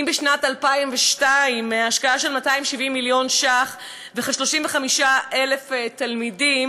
אם בשנת 2002 הייתה השקעה של 270 מיליון ש"ח וכ-35,000 תלמידים,